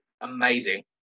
amazing